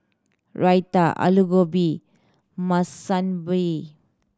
Raita Alu Gobi Monsunabe